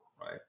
Right